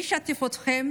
אני אשתף אתכם